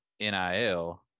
NIL